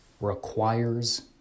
requires